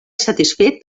satisfet